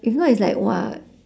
if not it's like !wah!